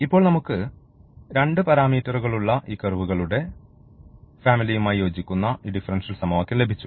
ഇപ്പോൾ നമുക്ക് രണ്ട് പാരാമീറ്ററുകളുള്ള ഈ കർവുകകളുടെ ഫാമിലിയുമായി യോജിക്കുന്ന ഈ ഡിഫറൻഷ്യൽ സമവാക്യം ലഭിച്ചു